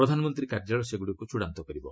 ପ୍ରଧାନମନ୍ତ୍ରୀ କାର୍ଯ୍ୟାଳୟ ସେଗୁଡ଼ିକୁ ଚୂଡ଼ାନ୍ତ କରିବ